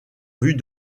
rues